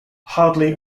hardly